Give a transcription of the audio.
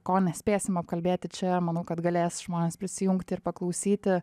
ko nespėsim apkalbėti čia manau kad galės žmones prisijungti ir paklausyti